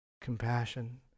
compassion